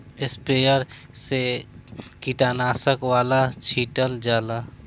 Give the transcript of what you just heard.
sprayer से कीटनाशक वाला छीटल जाला